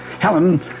Helen